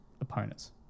opponents